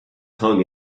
hung